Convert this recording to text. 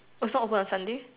so open on Sunday